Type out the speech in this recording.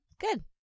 good